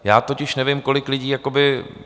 Já totiž nevím, kolik lidí jakoby...